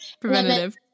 Preventative